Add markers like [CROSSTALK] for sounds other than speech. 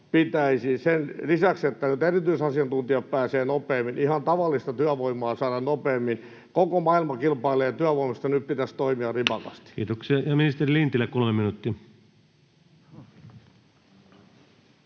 sen lisäksi, että nyt erityisasiantuntijat pääsevät tänne nopeammin — ihan tavallista työvoimaa saada nopeammin. Koko maailma kilpailee työvoimasta. Nyt pitäisi toimia [NOISE] rivakasti. Kiitoksia. — Ja ministeri Lintilä, 3 minuuttia.